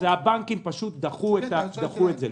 הבנקים פשוט דחו את זה.